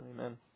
Amen